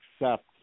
accept